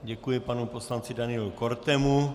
Děkuji panu poslanci Danielu Kortemu.